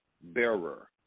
bearer